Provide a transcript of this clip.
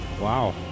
wow